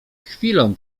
chwilą